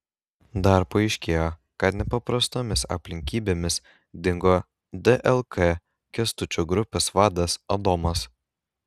dar paaiškėjo kad nepaprastomis aplinkybėmis dingo dlk kęstučio grupės vadas adomas